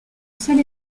seul